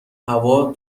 هوا